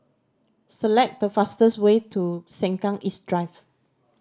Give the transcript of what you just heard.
select the fastest way to Sengkang East Drive